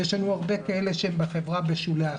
ויש הרבה כאלה שהם בשולי החברה.